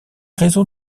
raisons